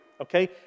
okay